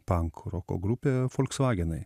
pankroko grupė folksvagenai